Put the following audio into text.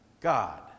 God